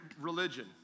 Religion